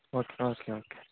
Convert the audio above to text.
okay okay okay